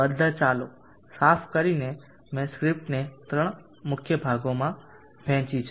બધા ચલો સાફ કરીને મેં સ્ક્રિપ્ટને 3 મુખ્ય ભાગોમાં વહેંચી છે